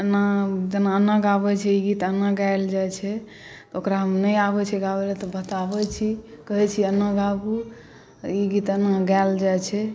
एना जेना एना गाबै छै ई गीत एना गाएल जाइ छै ओकरा हम नहि आबै छै गाबैलए तऽ बताबै छी कहै छी एना गाबू ई गीत एना गाएल जाइ छै